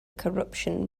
corruption